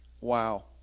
Wow